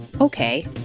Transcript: Okay